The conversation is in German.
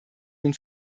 den